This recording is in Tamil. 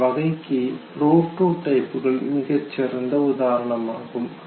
இந்த வகைக்கு புரோடோடைப் கள் மிகச் சிறந்த உதாரணமாகும்